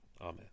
Amen